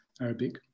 Arabic